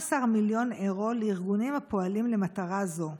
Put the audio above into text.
כ-12 מיליון אירו לארגונים הפועלים למטרה זו.